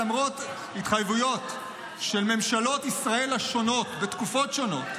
למרות התחייבויות של ממשלות ישראל השונות בתקופות שונות,